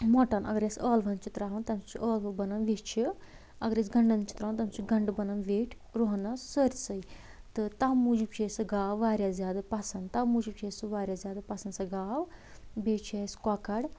مۄٹان اگرأسۍ ٲلوَن چھِ تراوَان تمہِ سۭتۍ چھ ٲلوٕ بنان ویچھِ اگر أسۍ گَنڈن چھِ تراوَان تمہِ سۭتۍ چھ گنڈٕ بنان ویٹھۍ رۄہنس سٲرسٕے تہٕ تمہِ موٗجوٗب چھِ أسۍ سۄ گاو واریاہ زیادٕ پسند تمہِ موٗجوٗب چھِ اسہِ سۄ واریاہ زیادٕ پسنٛد سۄ گاو بیٚیہِ چھِ اسہِ کۄکر